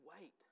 wait